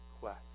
quest